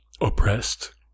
oppressed